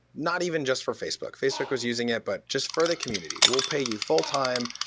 not even just for facebook. facebook was using it, but just for the community, well pay you full-time.